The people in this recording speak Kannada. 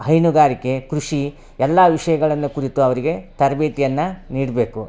ಹೈನುಗಾರಿಗೆ ಕೃಷಿ ಎಲ್ಲ ವಿಷಯಗಳನ್ನು ಕುರಿತು ಅವರಿಗೆ ತರಬೇತಿಯನ್ನ ನೀಡಬೇಕು